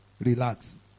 Relax